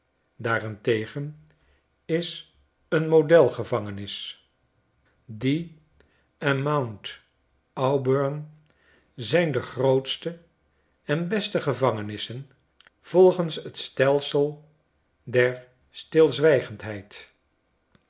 daarentegen is een model gevangenis die en mount auburn zijn de grootste en beste gevangenissen volgens t stelsel der stilzwijgendheid